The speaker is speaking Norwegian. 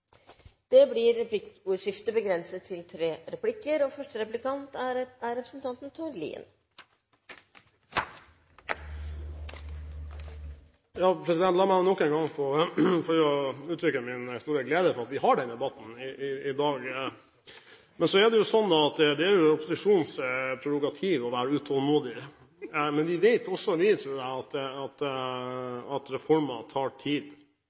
Det blir replikkordskifte. La meg nok en gang få uttrykke min store glede for at vi har denne debatten i dag. Men så er det jo opposisjonens prerogativ å være utålmodig. Vi vet også, tror jeg, at reformer tar tid å implementere, og det tar tid før de får effekt. Slik er det jo, og det er livets lodd for oss kunnskapspolitikere at vi